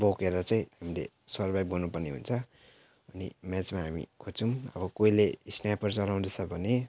बोकेर चाहिँ हामीले सर्भाइभ गर्नु पर्ने हुन्छ अनि म्याचमा हामी खोज्छौँ अब कोहीले स्न्याइपर चलाउँदैछ भने